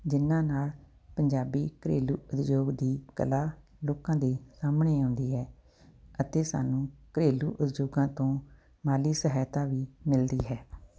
ਜਿਹਨਾਂ ਨਾਲ ਪੰਜਾਬੀ ਘਰੇਲੂ ਉਦਯੋਗ ਦੀ ਕਲਾ ਲੋਕਾਂ ਦੇ ਸਾਹਮਣੇ ਆਉਂਦੀ ਹੈ ਅਤੇ ਸਾਨੂੰ ਘਰੇਲੂ ਉਦਯੋਗਾਂ ਤੋਂ ਮਾਲੀ ਸਹਾਇਤਾ ਵੀ ਮਿਲਦੀ ਹੈ